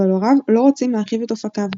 אבל הוריו לא רוצים להרחיב את אופקיו.